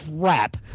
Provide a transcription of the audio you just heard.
crap